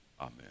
amen